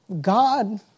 God